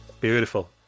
Beautiful